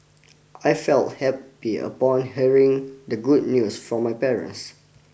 I felt happy upon hearing the good news from my parents